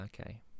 okay